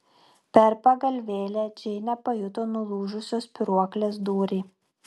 per pagalvėlę džeinė pajuto nulūžusios spyruoklės dūrį